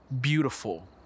beautiful